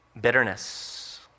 Bitterness